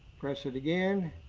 press it again.